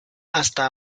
hasta